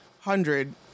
hundred